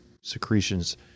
secretions